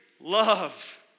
love